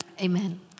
Amen